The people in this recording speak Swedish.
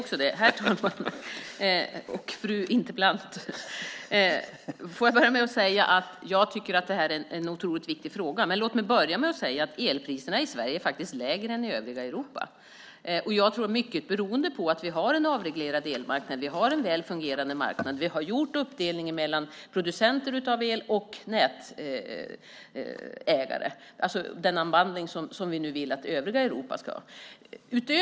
Herr talman! Det här är en otroligt viktig fråga, men låt mig börja med att säga att elpriserna i Sverige faktiskt är lägre än i övriga Europa - mycket, tror jag, beroende på att vi har en avreglerad elmarknad. Vi har en väl fungerande marknad. Vi har gjort en uppdelning mellan producenter av el och nätägare, alltså den unbundling som vi nu vill att övriga Europa ska ta efter.